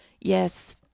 Yes